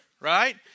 right